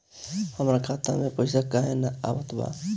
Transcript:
हमरा खाता में पइसा काहे ना आव ता?